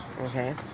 Okay